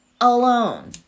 alone